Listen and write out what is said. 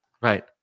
Right